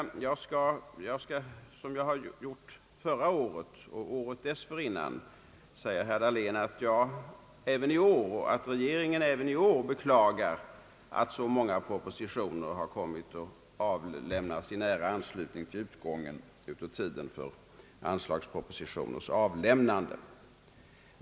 Liksom förra: året och året dessförinnan vill jag säga herr Dahlén att regeringen även i år beklagar att så många propositioner avlämnats i nära anslutning till utgången av tiden för anslagspropositioners avlämnande.